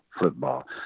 football